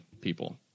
people